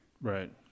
Right